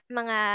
mga